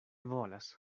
volas